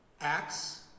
Acts